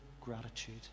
gratitude